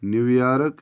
New York